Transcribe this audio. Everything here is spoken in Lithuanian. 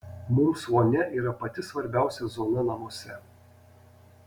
mums vonia yra pati svarbiausia zona namuose